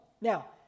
Now